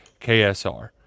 KSR